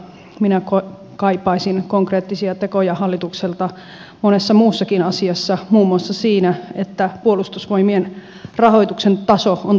minä kaipaisin konkreettisia tekoja hallitukselta monessa muussakin asiassa muun muassa siinä että puolustusvoimien rahoituksen taso on turvattava